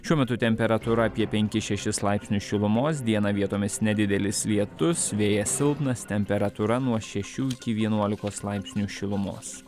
šiuo metu temperatūra apie penkis šešis laipsnius šilumos dieną vietomis nedidelis lietus vėjas silpnas temperatūra nuo šešių iki vienuolikos laipsnių šilumos